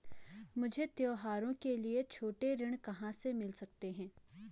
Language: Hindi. मुझे त्योहारों के लिए छोटे ऋण कहाँ से मिल सकते हैं?